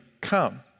come